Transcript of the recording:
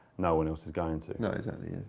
no-one else is going to. no, exactly, yeah,